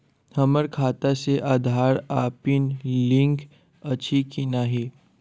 हम्मर खाता सऽ आधार आ पानि लिंक अछि की नहि?